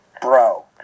Bro